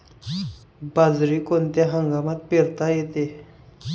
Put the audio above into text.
बाजरी कोणत्या हंगामात पेरता येते?